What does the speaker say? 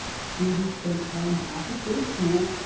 students spent time back at their schools,